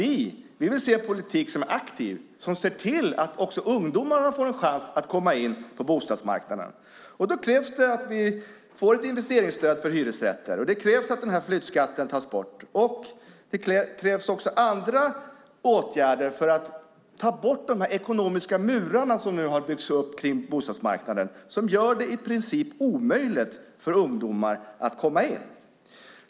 Vi vill se en politik som är aktiv och ser till att också ungdomarna får en chans att komma in på bostadsmarknaden. Då krävs det att vi får ett investeringsstöd för hyresrätter och att flyttskatten tas bort. Det krävs också andra åtgärder för att ta bort de ekonomiska murar som nu har byggts upp kring bostadsmarknaden som gör det i princip omöjlighet för ungdomar att komma in.